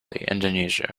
indonesia